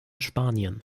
spanien